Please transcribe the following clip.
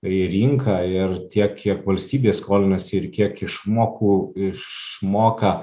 į rinką ir tiek kiek valstybė skolinasi ir kiek išmokų išmoka